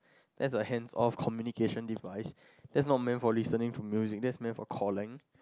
that a hand off communication device that's not main for listening to music that's main for calling